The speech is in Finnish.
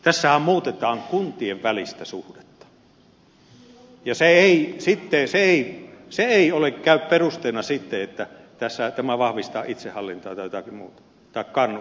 tässähän muutetaan kuntien välistä suhdetta ja se ei käy perusteeksi sitten että tämä vahvistaa itsehallintoa tai jotakin muuta tai kannustaa